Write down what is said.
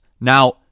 Now